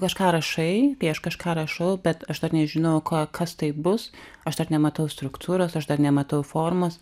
kažką rašai kai aš kažką rašau bet aš dar nežinau kas tai bus aš dar nematau struktūros aš dar nematau formos